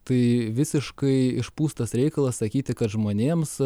tai visiškai išpūstas reikalas sakyti kad žmonėms